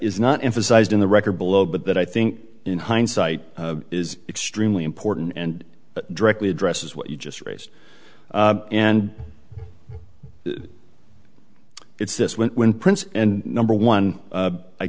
is not emphasized in the record below but that i think in hindsight is extremely important and directly addresses what you just raised and it's this when when prince and number one